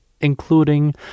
including